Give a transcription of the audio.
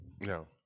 No